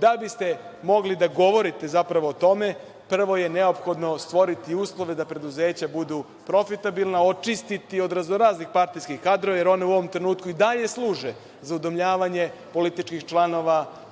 Da biste mogli da govorite uopšte o tome, prvo je neophodno stvoriti uslove da preduzeća budu profitabilna, očistiti ih od raznoraznih partijskih kadrova, jer ona u ovom trenutku i dalje služe za udomljavanje političkih članova